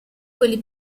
quelli